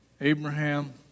Abraham